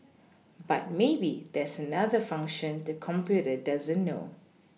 but maybe there's another function the computer doesn't know